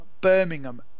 Birmingham